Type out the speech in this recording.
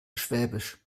schwäbisch